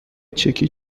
چکی